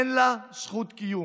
אין לה זכות קיום.